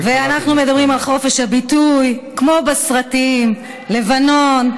ואנחנו מדברים על חופש הביטוי בסרטים כמו לבנון,